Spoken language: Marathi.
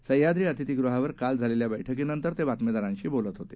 सह्याद्री अतिथी गृहावर काल झालेल्या बैठकीनंतर ते बातमीदारांशी बोलत होते